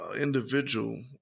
Individual